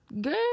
girl